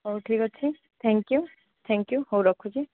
ହଉ ଠିକ୍ ଅଛି ଥ୍ୟାଙ୍କ୍ ୟୁ ଥ୍ୟାଙ୍କ୍ ୟୁ ହଉ ରଖୁଛି